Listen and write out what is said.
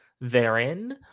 therein